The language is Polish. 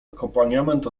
akompaniament